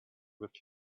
with